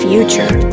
Future